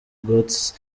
götze